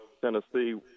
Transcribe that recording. Tennessee